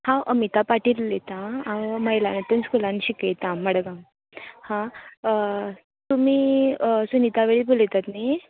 हांव अमीता पाटील उलयता हांव महिला नूतन स्कुलान शिकयता मडगांव हां तुमी सुनीता वेळीप उलयतात न्ही